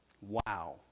Wow